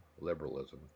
liberalism